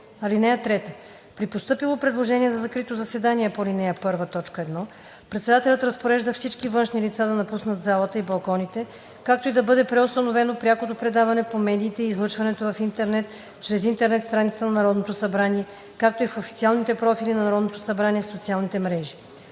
съвет. (3) При постъпило предложение за закрито заседание по ал. 1, т. 1 председателят разпорежда всички външни лица да напуснат залата и балконите, както и да бъде преустановено прякото предаване по медиите и излъчването в интернет чрез интернет страницата на Народното събрание, както и в официалните профили на Народното събрание в социалните мрежи.